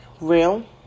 real